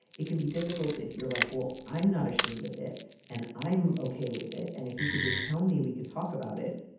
it can be difficult if you're like, well, i'm not ashamed of it and i'm ok with it. and if you could just tell me, we could talk about it.